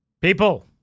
People